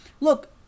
look